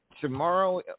tomorrow